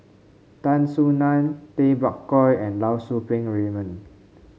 Tan Soo Nan Tay Bak Koi and Lau Poo Seng Raymond